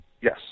Yes